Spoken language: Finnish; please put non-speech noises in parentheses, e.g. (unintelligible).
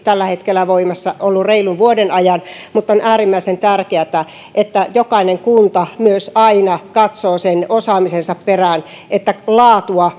tällä hetkellä voimassa ollut reilun vuoden ajan on äärimmäisen tärkeätä että jokainen kunta aina katsoo osaamisensa perään niin että myös laatua (unintelligible)